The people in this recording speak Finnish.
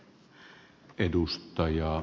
arvoisa puhemies